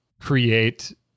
create